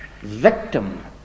victim